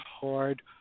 hard